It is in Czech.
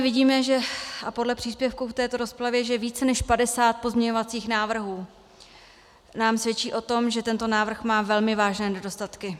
Každopádně vidíme i podle příspěvků v této rozpravě, že více než 50 pozměňovacích návrhů nám svědčí o tom, že tento návrh má velmi vážné nedostatky.